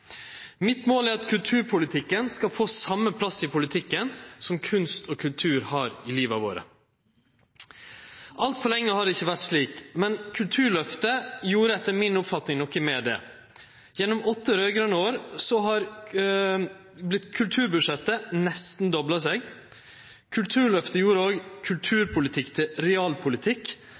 Mitt mål er at kulturpolitikken skal få den same plassen i politikken som kunst og kultur har i liva våre. Altfor lenge har det ikkje vore slik, men Kulturløftet gjorde etter mi oppfatning noko med det. Gjennom åtte raud-grøne år har kulturbudsjettet nesten dobla seg. Kulturløftet gjorde òg kulturpolitikk til realpolitikk.